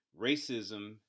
Racism